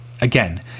Again